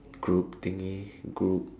group thingy group